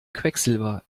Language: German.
quecksilber